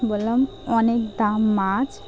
বললাম অনেক দাম মাছ